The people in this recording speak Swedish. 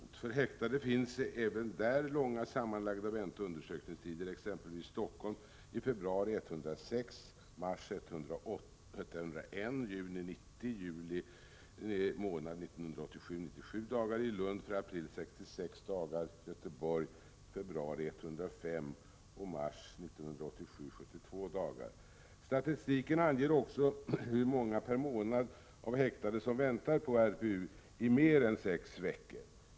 Även för häktade var de sammanlagda vänteoch undersökningstiderna långa 1987 i Stockholm 106 dagar i februari, 101 dagar i mars, 90 dagar i juni och 97 dagar i juli. I Lund var väntetiderna 66 dagar i april, i Göteborg 105 dagar i februari och 72 dagar i mars. Statistiken anger också hur många per månad av de häktade som väntade på rättspsykiatrisk undersökning i mer än 6 veckor.